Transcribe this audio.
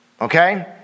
Okay